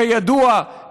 כידוע,